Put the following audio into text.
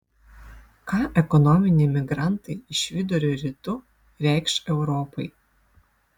ką ekonominiai migrantai iš vidurio rytų reikš europai